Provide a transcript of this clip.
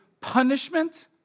punishment